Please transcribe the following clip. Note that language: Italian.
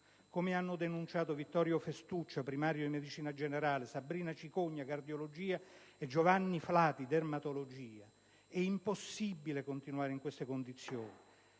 Come hanno denunciato Vittorio Festuccia (primario di medicina generale), Sabrina Cicogna (cardiologia) e Giovanni Flati (dermatologia), «è impossibile continuare in queste condizioni»;